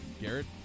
Garrett